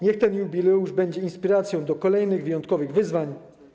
Niech ten jubileusz będzie inspiracją do kolejnych wyjątkowych wyzwań.